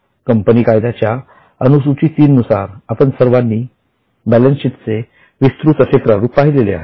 company कायद्याच्या अनुसूचित तीन नुसार आपण सर्वांनी बॅलेन्सशीटचा विस्तृत असे प्रारूप पाहिले आहे